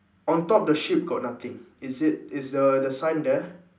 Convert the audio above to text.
on top the sheep got nothing is it is the the sign there